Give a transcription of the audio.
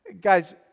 Guys